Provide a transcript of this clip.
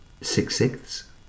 six-sixths